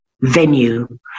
Venue